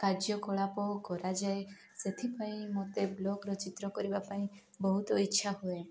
କାର୍ଯ୍ୟକଳାପ କରାଯାଏ ସେଥିପାଇଁ ମୋତେ ବ୍ଲଗ୍ର ଚିତ୍ର କରିବା ପାଇଁ ବହୁତ ଇଚ୍ଛା ହୁଏ